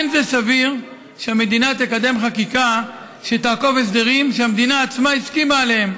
לא סביר שהמדינה תקדם חקיקה שתעקוף הסדרים שהמדינה עצמה הסכימה עליהם